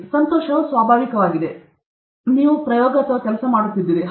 ವಿದ್ಯಾರ್ಥಿ ನೀನು ನನಗೆ ಹೇಳು ಸಂತೋಷವು ಸ್ವಾಭಾವಿಕವಾಗಿದೆ ನೀವು ಮಾಡುತ್ತಿದ್ದೀರಿ